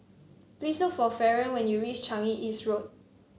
please look for Faron when you reach Changi East Road